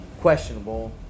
questionable